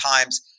times